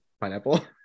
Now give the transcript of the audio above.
pineapple